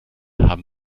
haben